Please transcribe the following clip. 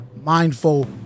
Mindful